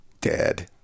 dead